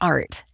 Art